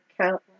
count